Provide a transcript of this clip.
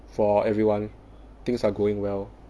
for everyone things are going well